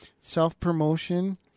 Self-promotion